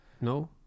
no